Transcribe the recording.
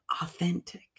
authentic